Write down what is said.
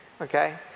Okay